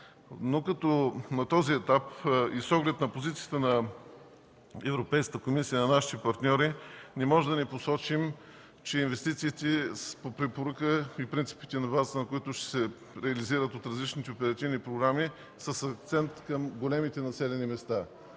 На този етап и с оглед позицията на Европейската комисия на нашите партньори не можем да не посочим, че инвестициите по препоръка и принципите, на базата на които се реализират от различните оперативни програми, са с акцент към големите населени места